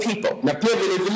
people